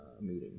meeting